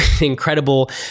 incredible